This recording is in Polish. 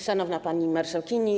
Szanowna Pani Marszałkini!